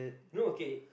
no okay